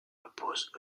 repose